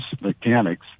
mechanics